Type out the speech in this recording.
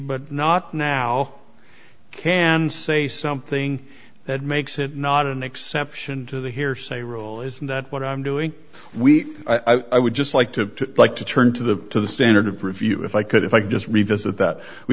but not now can say something that makes it not an exception to the hearsay rule isn't that what i'm doing we i would just like to like to turn to the to the standard of review if i could if i could just revisit that we